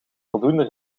voldoende